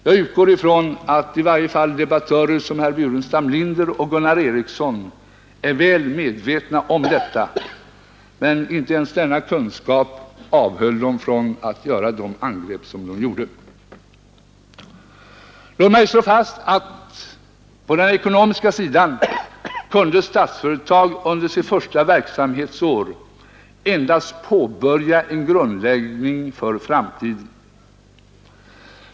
Jag utgår ifrån att i varje fall debattörer som herrar Burenstam Linder och Gunnar Ericsson är väl medvetna om detta, men inte ens denna kunskap avhöll dem ifrån att göra de angrepp som de gjort. Låt mig slå fast, att på den ekonomiska sidan kunde Statsföretag under sitt första verksamhetsår endast påbörja en grundläggning för framtiden.